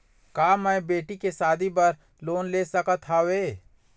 का मैं बेटी के शादी बर लोन ले सकत हावे?